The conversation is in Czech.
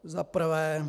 Za prvé.